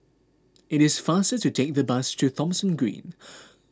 it is faster to take the bus to Thomson Green